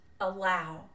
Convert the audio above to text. allow